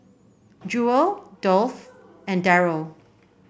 Jewel Dolph and Darold